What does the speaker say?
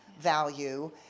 value